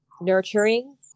nurturing